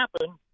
happen